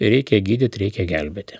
reikia gydyt reikia gelbėti